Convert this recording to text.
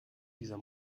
dieser